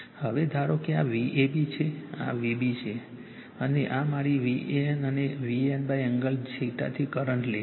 હવે ધારો કે આ Vab છે આ Vab છે અને આ મારી VAN અને VANએંગલ થી કરંટ લેગ છે